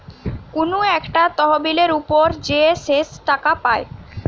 কুনু একটা তহবিলের উপর যে শেষ টাকা পায়